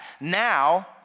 now